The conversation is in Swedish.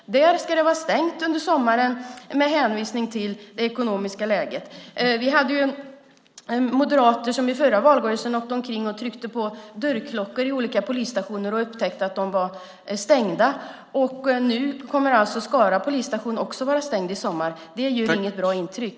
Där ska det vara stängt under sommaren med hänvisning till det ekonomiska läget. Under förra valrörelsen åkte moderater omkring och tryckte på dörrklockor vid olika polisstationer och upptäckte att de var stängda. Nu kommer alltså Skara polisstation också att vara stängd i sommar. Det gör inget bra intryck.